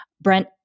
Brent